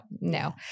no